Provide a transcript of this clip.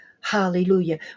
hallelujah